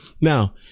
Now